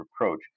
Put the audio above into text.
reproach